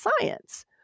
science